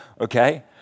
okay